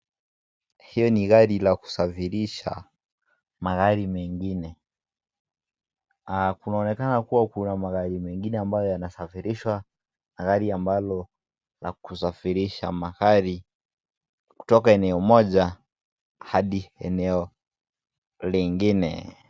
Hio ni gari ya kusafirisha magari mengine. Kunaonekana kuwa kuna magari mengine ambayo yanasafirishwa na gari ambalo la kusafirisha magari kutoka eneo moja hadi eneo lingine.